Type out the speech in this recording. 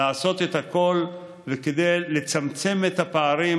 לעשות את הכול כדי לצמצם את הפערים